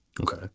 Okay